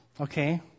Okay